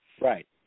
Right